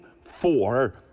four